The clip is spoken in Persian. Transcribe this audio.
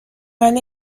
ولی